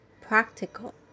practical